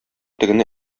тегене